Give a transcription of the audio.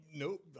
nope